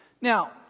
Now